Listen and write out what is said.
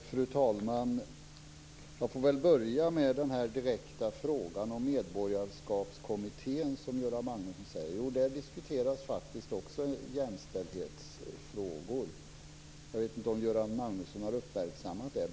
Fru talman! Jag får väl börja med den här direkta frågan om Medborgarskapskommittén som Göran Magnusson ställer. Jo, där diskuteras faktiskt också jämställdhetsfrågor. Jag vet inte om Göran Magnusson har uppmärksammat det.